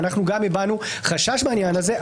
וגם אנחנו הבענו חשש בעניין הזה,